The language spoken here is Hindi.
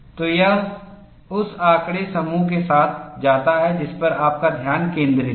तो यह उस आंकड़े समूह के साथ जाता है जिस पर आपका ध्यान केंद्रित है